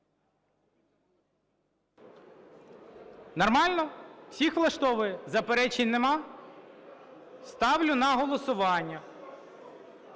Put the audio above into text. Нормально? Всіх влаштовує? Заперечень нема? Ставлю на голосування